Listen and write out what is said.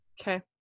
Okay